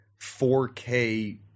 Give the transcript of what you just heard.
4K